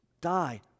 die